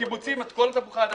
והקיבוצים את כל תפוחי האדמה.